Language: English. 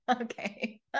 okay